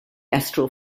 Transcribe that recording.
astral